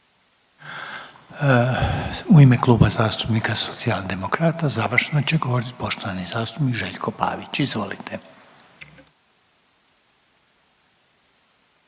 U ime Kluba zastupnika Socijaldemokrata završno će govorit poštovani zastupnik Željko Pavić, izvolite.